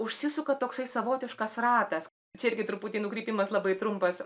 užsisuka toksai savotiškas ratas čia irgi truputį nukrypimas labai trumpas